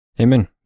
Amen